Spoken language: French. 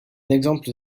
exemple